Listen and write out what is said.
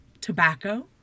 tobacco